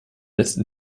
letzten